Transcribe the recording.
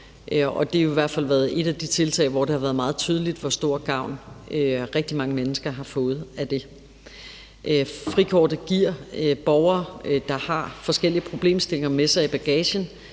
i hvert fald et af de tiltag, hvor det har været meget tydeligt, hvor stor gavn rigtig mange mennesker har fået af det. Frikortet giver borgere, der har forskellige problemstillinger med sig i bagagen,